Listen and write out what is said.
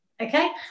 Okay